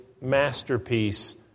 masterpiece